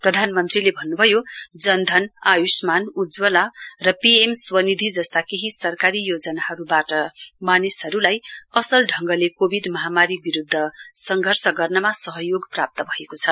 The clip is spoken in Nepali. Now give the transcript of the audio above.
प्रधानमन्त्रीले भन्नुभयो जनधन आयुष्मान उज्जवला र पीएम स्वनिधि जस्ता केही सरकारी योजनाहरुबाट मानिसहरुलाई असल ढंगले कोविड महामारी विरुध्द संघर्ष गर्नमा सहयोग प्राप्त भएको छ